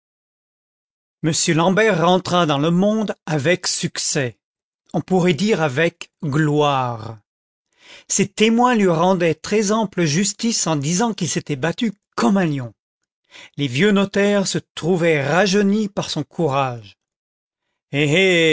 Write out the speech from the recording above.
m l'ambert rentra dans le monde avec succès on pourrait dire avec gloire ses témoins lui rendaient très ample justice en disant qu'il s'était battu comme un lion les vieux notaires se trouvaient rajeunis par son courage ehl